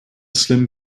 slim